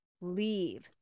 leave